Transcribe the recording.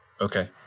Okay